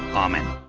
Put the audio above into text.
amen.